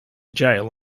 jail